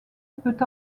peut